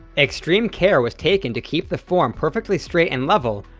extreme care was taken to keep the form perfectly straight and level,